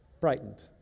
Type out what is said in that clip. frightened